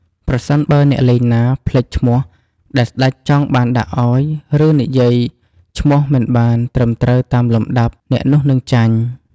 ប្រសិនបើអ្នកលេងណា ភ្លេចឈ្មោះដែលស្តេចចង់ បានដាក់អោយ ឬនិយាយឈ្មោះមិនបានត្រឹមត្រូវតាមលំដាប់ អ្នកនោះនឹងចាញ់។